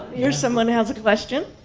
here's someone who has a question.